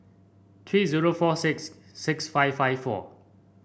three zero four six six five five four